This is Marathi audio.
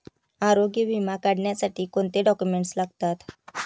आरोग्य विमा काढण्यासाठी कोणते डॉक्युमेंट्स लागतात?